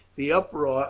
the uproar